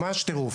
ממש טירוף.